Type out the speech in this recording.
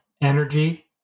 energy